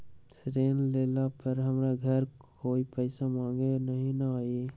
ऋण लेला पर हमरा घरे कोई पैसा मांगे नहीं न आई?